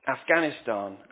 Afghanistan